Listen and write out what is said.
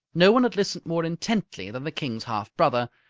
none had listened more intently than the king's half-brother,